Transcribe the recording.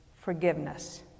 forgiveness